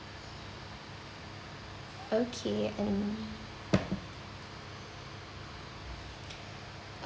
okay and